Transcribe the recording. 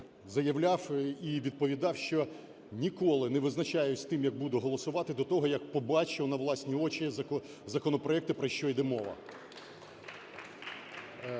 заявляв і відповідав, що ніколи не визначаюсь з тим, як буду голосувати, до того, як побачу на власні очі законопроекти, про що іде мова.